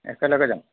একেলগে যাম